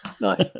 nice